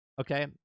Okay